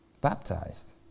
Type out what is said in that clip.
baptized